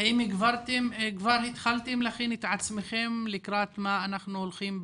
והשאלה היא האם כבר התחלתם להכין את עצמכם לקראת מה אנחנו הולכים.